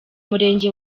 murenge